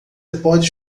pode